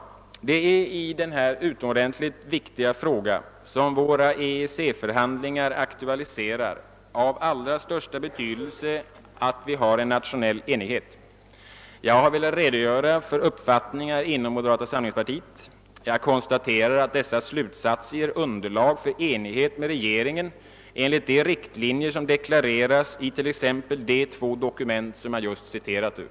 Det är i den utomordentligt viktiga fråga, som våra EEC förhandlingar «aktualiserar, av allra största betydelse att vi har en nationell enighet. Jag har velat redogöra för uppfattningar som finns inom moderata samlingspartiet. Jag konstaterar att de redovisade slutsatserna ger underlag för enighet med regeringen enligt de riktlinjer som deklareras i t.ex. de två dokument, vilka jag nyss citerat ur.